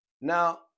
Now